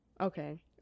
Okay